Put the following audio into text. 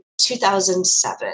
2007